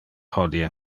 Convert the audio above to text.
hodie